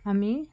আমি